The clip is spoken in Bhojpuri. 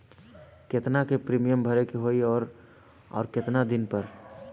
केतना के प्रीमियम भरे के होई और आऊर केतना दिन पर?